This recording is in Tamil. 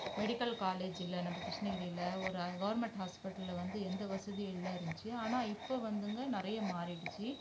மெடிக்கல் காலேஜ் இல்லை நம்ம கிருஷ்ணகிரில ஒரு கவர்மெண்ட் ஹாஸ்பிட்டல்ல வந்து ஒரு எந்த வசதியும் இல்லை இருந்துச்சு ஆனால் இப்போ வந்துங்க நிறைய மாறிடுச்சு